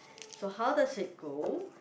so how does it go